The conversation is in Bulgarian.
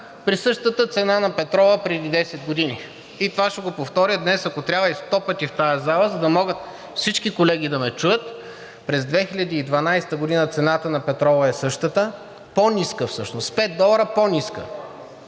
при същата цена на петрола преди 10 години. И това ще го повторя днес, ако трябва и 100 пъти в тази зала, за да могат всички колеги да ме чуят. През 2012 г. цената на петрола е същата, по-ниска всъщност, пет долара по-ниска,